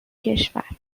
کشور